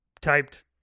typed